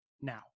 now